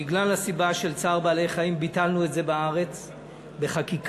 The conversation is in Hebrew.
בגלל הסיבה של צער בעלי-חיים ביטלנו את זה בארץ בחקיקה,